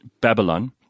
Babylon